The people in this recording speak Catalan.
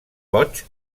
boig